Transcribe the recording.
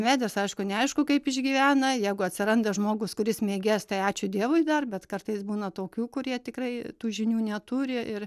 medis aišku neaišku kaip išgyvena jeigu atsiranda žmogus kuris mėgėjas tai ačiū dievui dar bet kartais būna tokių kurie tikrai tų žinių neturi ir